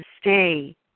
stay